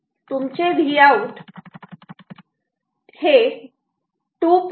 तुमचे Vout हे 2